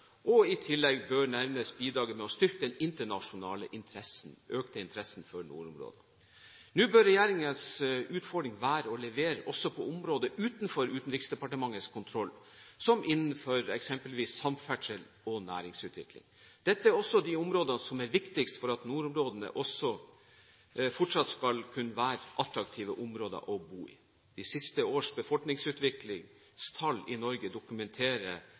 Russland. I tillegg bør nevnes bidraget til å styrke den økte internasjonale interessen for nordområdene. Nå bør regjeringens utfordring være å levere også på områder utenfor Utenriksdepartementets kontroll, som innenfor eksempelvis samferdsel og næringsutvikling. Dette er også de områdene som er viktigst for at nordområdene fortsatt skal være attraktive områder å bo i. De siste års befolkningsutviklingstall i Norge dokumenterer